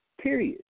Period